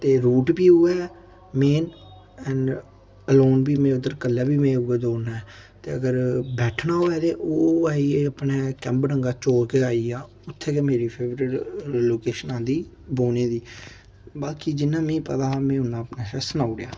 ते रूट बी उ'यै मेन एंड अलोन बी मैं उद्धर कल्ले बी में उ'यै दौड़ना ऐ ते अगर बैठना होऐ ते ओह् आई गे अपने कैंवडंगा चौक गै आई गेआ उत्थै गै मेरी फेवरेट लोकेशन आंदी बौह्ने दी बाकी जिन्ना मि पता हा में उन्नां अपने आसेआ सनाई उड़ेआ